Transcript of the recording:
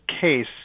case